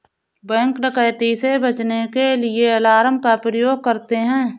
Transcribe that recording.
bank डकैती से बचने के लिए अलार्म का प्रयोग करते है